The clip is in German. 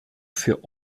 für